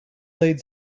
laid